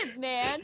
man